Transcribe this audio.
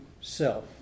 self